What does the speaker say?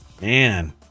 Man